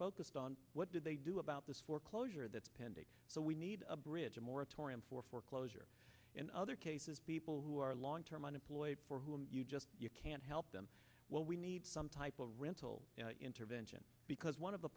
focused on what did they do about this foreclosure that's pending so we need a bridge a moratorium for foreclosure in other cases people who are long term unemployed for whom you just you can't help them well we need some type of rental intervention because one of the